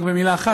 רק במילה אחת,